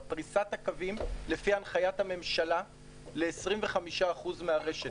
בפריסת הקווים לפי הנחיית הממשלה ל-25% מהרשת.